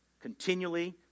continually